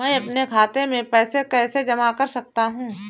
मैं अपने खाते में पैसे कैसे जमा कर सकता हूँ?